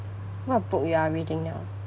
what book you are reading now